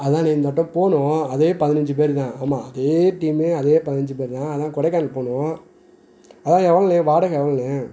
அதாண்ணே இந்த வாட்டி போகணும் அதே பதினஞ்சி பேரு தான் ஆமாம் அதே டீமு அதே பதினஞ்சி பேரு தான் அதான் கொடைக்கானல் போகணும் அதுதான் எவ்வளோண்ணே வாடகை எவ்வளோண்ணே